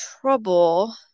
trouble